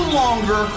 longer